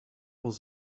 was